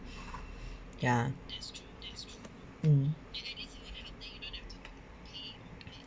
ya mm